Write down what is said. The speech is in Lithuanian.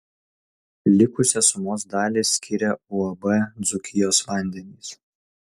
likusią sumos dalį skiria uab dzūkijos vandenys